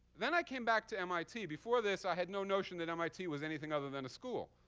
then i came back to mit. before this i had no notion that mit was anything other than a school,